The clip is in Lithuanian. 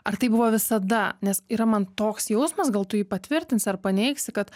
ar tai buvo visada nes yra man toks jausmas gal tu jį patvirtinsi ar paneigsi kad